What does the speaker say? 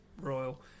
Royal